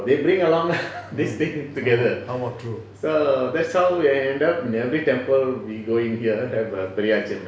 somewhat true